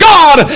God